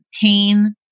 pain